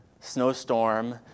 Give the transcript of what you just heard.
snowstorm